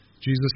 Jesus